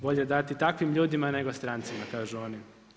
Bolje dati takvim ljudima, nego strancima, kažu oni.